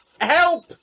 Help